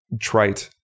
trite